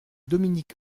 dominique